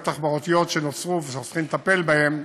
תחבורתיות שנוצרו ושאנחנו צריכים לטפל בהן